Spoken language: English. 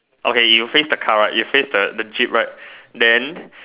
okay you face the car right you face the the jeep right then